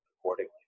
accordingly